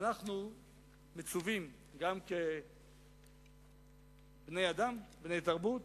ואנחנו מצווים, גם כבני אדם, בני תרבות,